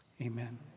Amen